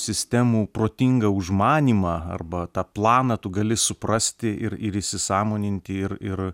sistemų protingą užmanymą arba tą planą tu gali suprasti ir ir įsisąmoninti ir ir